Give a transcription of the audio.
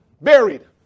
Buried